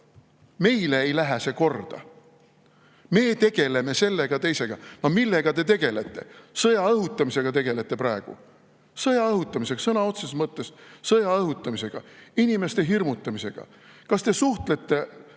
meile ei lähe see korda, me tegeleme sellega-teisega." Millega te tegelete? Sõja õhutamisega tegelete praegu! Sõja õhutamisega sõna otseses mõttes, sõja õhutamisega ja inimeste hirmutamisega. Kas te suhtlete